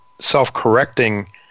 self-correcting